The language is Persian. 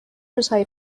روزهایی